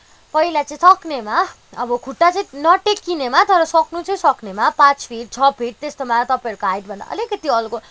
पहिला चाहिँ सक्नेमा अब खुट्टा चाहिँ नटेकिनेमा तर सक्नु चाहिँ सक्नेमा पाँच फिट छ फिट त्यस्तोमा तपाईँहरूको हाइट भन्दा अलिकति अग्लो